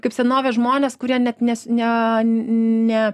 kaip senovės žmonės kurie net nes ne ne